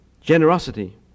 Generosity